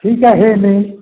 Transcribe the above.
ठीक आहे मी